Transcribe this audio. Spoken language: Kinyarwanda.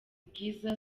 bwiza